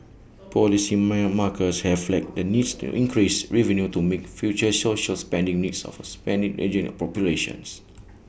policymakers have flagged the need to increase revenue to meet future social spending needs of A spending ageing population